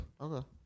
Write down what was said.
Okay